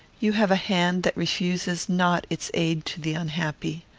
you have a hand that refuses not its aid to the unhappy.